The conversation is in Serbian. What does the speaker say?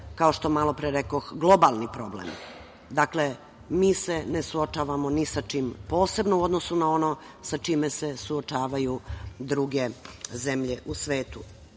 kao što malopre rekoh, globalni problem. Dakle, mi se ne suočavamo ni sa čim posebno u odnosu na ono sa čime se suočavaju druge zemlje u svetu.